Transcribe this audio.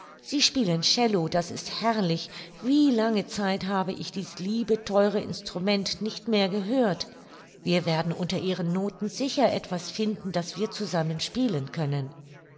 sie spielen cello das ist herrlich wie lange zeit habe ich dies liebe theure instrument nicht mehr gehört wir werden unter ihren noten sicher etwas finden das wir zusammen spielen können